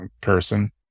person